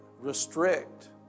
restrict